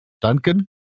Duncan